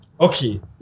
Okay